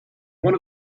one